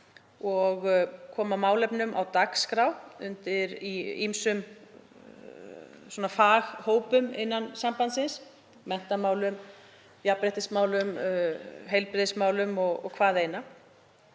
og koma málefnum á dagskrá í ýmsum faghópum innan sambandsins, menntamálum, jafnréttismálum, heilbrigðismálum og hvaðeina.